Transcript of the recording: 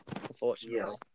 Unfortunately